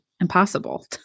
Impossible